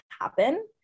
happen